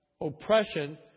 oppression